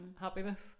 happiness